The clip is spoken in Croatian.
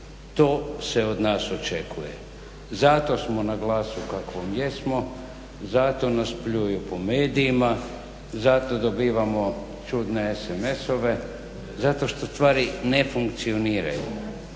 To se od nas očekuje. Zato smo na glasu kakvom jesmo, zato nas pljuju po medijima, zato dobivamo čudne sms-ove, zato što stvari ne funkcioniraju.